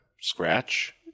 scratch